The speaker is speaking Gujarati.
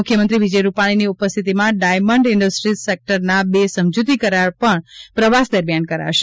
મુખ્યમંત્રી વિજય રૂપાણીની ઉપસ્થિતિમાં ડાયમંડ ઇન્ડસ્ટ્રીઝ સેક્ટરના બે સમજૂતી કરાર પણ પ્રવાસ દરમિયાન કરાશે